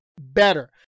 better